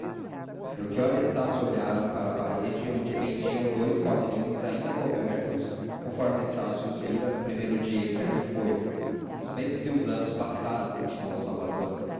de helena melchior e estácio olharam para a parede onde pendiam dois quadrinhos ainda cobertos conforme estácio os vira no primeiro dia em que ali foi os meses e os anos passaram continuou salvador